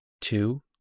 two